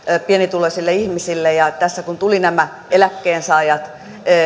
pienituloisille ihmisille tässä kun tulivat nämä eläkkeensaajat